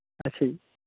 ਅੱਛਾ ਜੀ